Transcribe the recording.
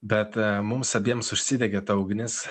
bet mums abiems užsidegė ta ugnis